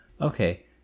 Okay